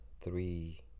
three